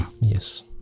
Yes